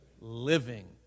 Living